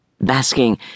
basking